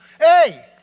Hey